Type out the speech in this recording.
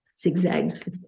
zigzags